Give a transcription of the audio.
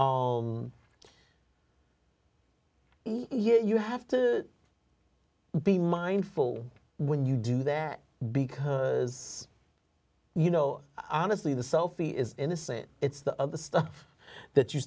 year you have to be mindful when you do that because you know honestly the selfie is innocent it's the other stuff that you